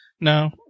no